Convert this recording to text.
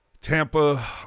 Tampa